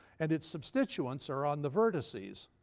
and its substituents are on the vertices.